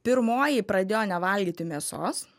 pirmoji pradėjo nevalgyti mėsos